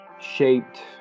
shaped